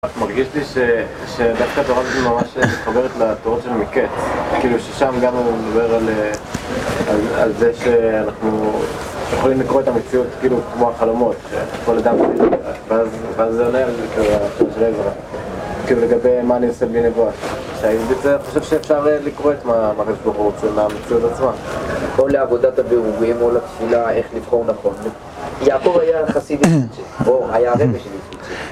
מרגיש לי שדווקא התורה הזו ממש מתחברת לתורות של מקץ, כאילו ששם גם הוא מדבר על זה שאנחנו יכולים לקרוא את המציאות, כמו החלומות שכל אדם יכול לקרוא אותה, ואז זה עולה איזה כאילו חש רגע כאילו לגבי מה אני עושה בלי נבואה, שהאנגלית זו אני חושב שאפשר לקרוא את מה שהקדוש ברוך רוצה של המציאות עצמה או לעבודת הבירורים או לתפילה איך לבחור נכון, יעקב היה חסיד, בשביל ש... או היה רבי שלי...